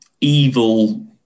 evil